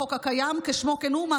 בחוק הקיים כשמו כן הוא,